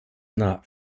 not